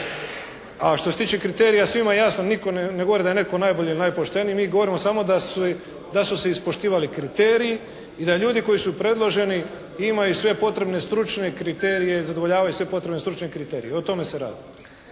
A što se tiče kriterija, svima je jasno, nitko ne govori da je netko najbolji ili najpošteniji, mi govorimo samo da su se ispoštivali kriteriji i da ljudi koji su predloženi imaju sve potrebne stručne kriterije, zadovoljavaju sve potrebne stručne kriterije i o tome se radi.